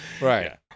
Right